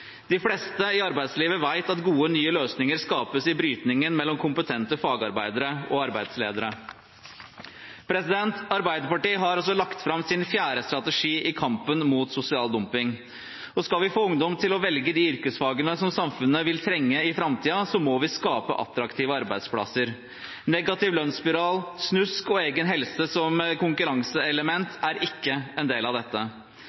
De fleste i arbeidslivet vet at gode, nye løsninger skapes i brytningen mellom kompetente fagarbeidere og arbeidsledere. Arbeiderpartiet har lagt fram sin fjerde strategi i kampen mot sosial dumping. Skal vi få ungdom til å velge de yrkesfagene som samfunnet vil trenge i framtiden, må vi skape attraktive arbeidsplasser. Negativ lønnsspiral, snusk og egen helse som konkurranseelement er ikke en del av dette.